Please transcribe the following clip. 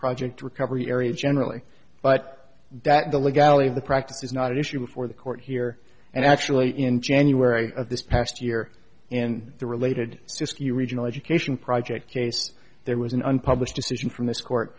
project recovery area generally but that the legality of the practice is not at issue before the court here and actually in january of this past year in the related siskiyou regional education project case there was an unpublished decision from this court